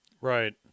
Right